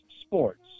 sports